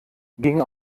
ging